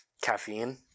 Caffeine